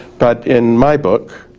but in my book.